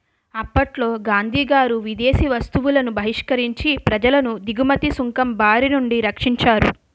అప్పట్లో గాంధీగారు విదేశీ వస్తువులను బహిష్కరించి ప్రజలను దిగుమతి సుంకం బారినుండి రక్షించారు